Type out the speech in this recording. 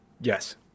Yes